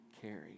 carry